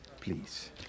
Please